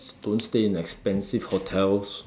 don't stay in expensive hotels